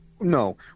No